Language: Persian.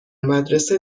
مدرسه